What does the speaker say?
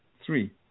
three